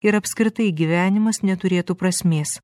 ir apskritai gyvenimas neturėtų prasmės